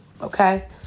okay